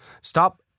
Stop